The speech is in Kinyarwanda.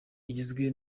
igizwe